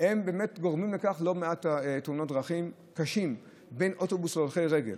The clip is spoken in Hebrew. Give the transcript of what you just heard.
באמת גורמים ללא מעט תאונות דרכים קשות בין אוטובוס להולכי רגל.